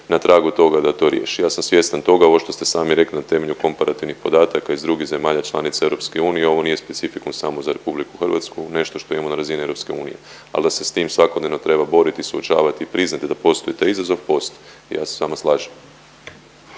na tragu toga da to riješi. Ja sam svjestan toga, ovo što ste sami rekli na temelju komparativnih podataka iz drugih zemalja članica EU ovo nije specifikum samo za RH nešto što imamo na razini EU. Al da se s tim svakodnevno treba boriti suočavati i priznati da postoji taj izazov, postoji. Ja se s vama slažem.